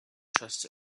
trust